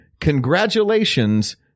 Congratulations